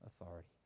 authority